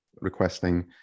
requesting